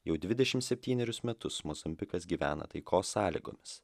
jau dvidešim septynerius metus mozambikas gyvena taikos sąlygomis